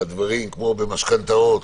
כמו במשכנתאות,